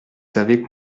savez